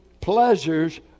pleasures